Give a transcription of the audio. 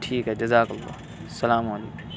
ٹھیک ہے جزاک اللہ سلام علیکم